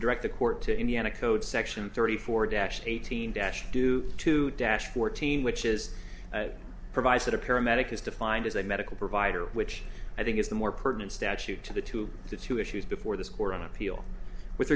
direct the court to indiana code section thirty four to actually eighteen dash due to dash fourteen which is provides that a paramedic is defined as a medical provider which i think is the more pertinent statute to the two to two issues before this court on appeal with